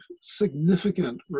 significant